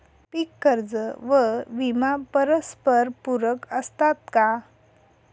पीक कर्ज व विमा परस्परपूरक असतात का?